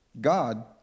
God